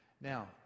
now